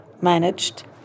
managed